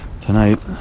Tonight